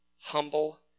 humble